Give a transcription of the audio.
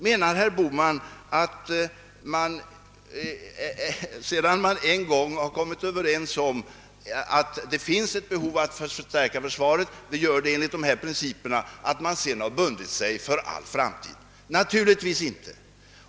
Menar herr Bohman att sedan vi en gång har kommit överens om behovet att förstärka försvaret och att vi skall göra det enligt vissa principer, skall vi vara bundna av det för all framtid? Naturligtvis inte!